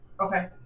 Okay